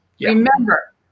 Remember